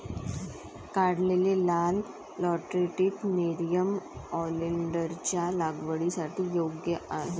काढलेले लाल lateritic nerium ओलेन्डरच्या लागवडीसाठी योग्य आहे